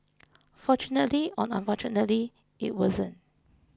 fortunately or unfortunately it wasn't